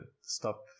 stop